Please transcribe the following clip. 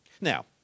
Now